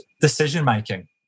decision-making